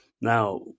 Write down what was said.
now